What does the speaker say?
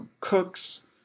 cooks